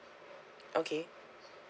okay